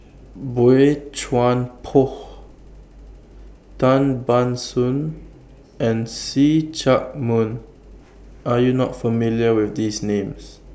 Boey Chuan Poh Tan Ban Soon and See Chak Mun Are YOU not familiar with These Names